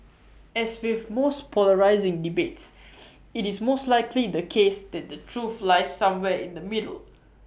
as with most polarising debates IT is most likely the case that the truth lies somewhere in the middle